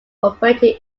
operating